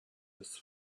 his